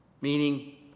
meaning